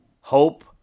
hope